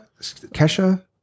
Kesha